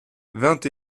vingt